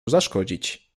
zaszkodzić